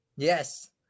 Yes